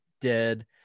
dead